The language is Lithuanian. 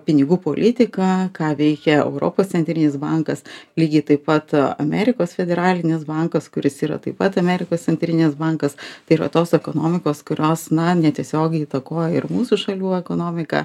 pinigų politiką ką veikia europos centrinis bankas lygiai taip pat amerikos federalinis bankas kuris yra taip pat amerikos centrinis bankas tai yra tos ekonomikos kurios na netiesiogiai įtakoja ir mūsų šalių ekonomiką